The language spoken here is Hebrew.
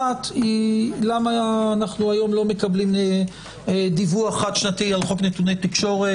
אחת היא למה אנחנו היום לא מקבלים דיווח חד-שנתי על חוק נתוני תקשורת.